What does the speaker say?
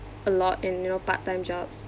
a lot in you know part-time jobs